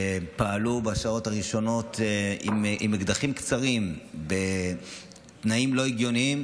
שפעלו בשעות הראשונות עם אקדחים קצרים בתנאים לא הגיוניים,